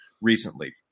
recently